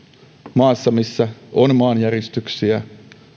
maassa missä on maanjäristyksiä